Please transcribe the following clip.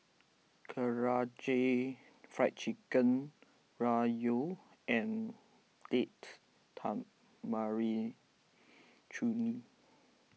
Karaage Fried Chicken Ramyeon and Date Tamarind Chutney